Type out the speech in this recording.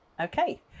Okay